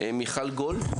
מיכל גולד.